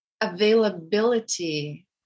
availability